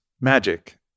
magic